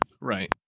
Right